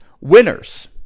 winners